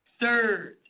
Third